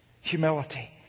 Humility